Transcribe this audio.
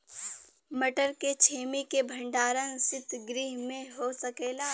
मटर के छेमी के भंडारन सितगृह में हो सकेला?